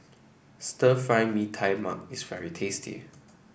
Stir Fry Mee Tai Mak is very tasty